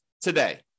today